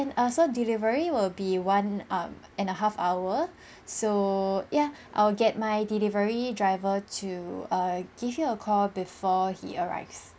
~n so delivery will be one um and a half hour so ya I'll get my delivery driver to err give you a call before he arrives